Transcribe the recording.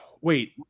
Wait